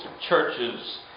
churches